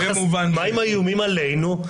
ומה עם האיומים עלינו?